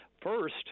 first